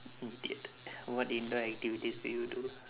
idiot what indoor activities do you do